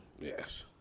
yes